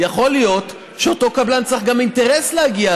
יכול להיות שאותו קבלן צריך גם אינטרס להגיע.